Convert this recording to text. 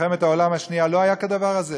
במלחמת העולם השנייה לא היה כדבר הזה.